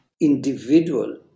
individual